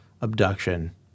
abduction